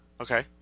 Okay